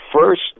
first